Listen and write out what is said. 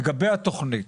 לגבי התוכנית,